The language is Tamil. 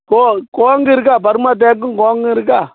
கோங்கு இருக்கா பர்மா தேக்கும் கோங்கும் இருக்கா